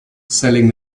selling